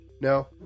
No